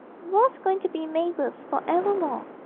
he was going to be mabel's for evermore,